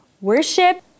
worship